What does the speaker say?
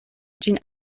ĝin